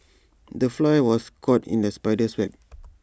the fly was caught in the spider's web